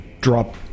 drop